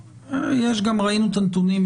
ראינו את הנתונים,